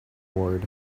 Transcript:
ward